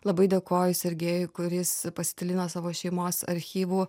labai dėkoju sergejui kuris pasidalino savo šeimos archyvu